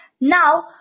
Now